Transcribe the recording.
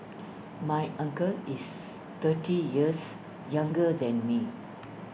my uncle is thirty years younger than me